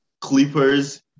Clippers